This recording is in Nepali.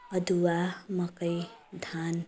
अदुवा मकै धान